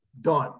done